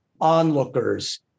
onlookers